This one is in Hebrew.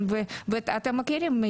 ואתם מכירים,